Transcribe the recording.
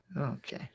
Okay